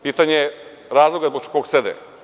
Pitanje je razloga zbog kojeg sede.